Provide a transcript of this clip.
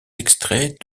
extraits